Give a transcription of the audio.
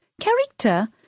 Character